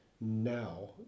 Now